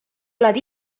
elad